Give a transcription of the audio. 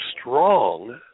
strong